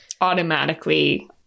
automatically